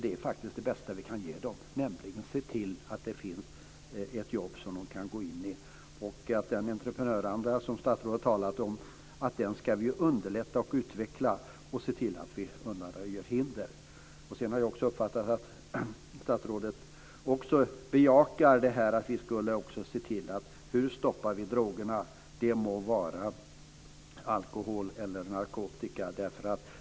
Det är faktiskt det bästa vi kan ge dem, nämligen att se till att det finns ett jobb som de kan gå in i. Den entreprenörsanda som statsrådet talade om ska vi ju underlätta och utveckla och se till att vi undanröjer hinder. Jag har även uppfattat att statsrådet bejakar att vi skulle undersöka hur vi stoppar drogerna, det må vara alkohol eller narkotika.